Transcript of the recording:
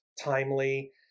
timely